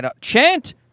chant